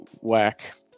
whack